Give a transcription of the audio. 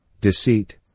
deceit